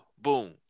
boom